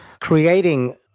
creating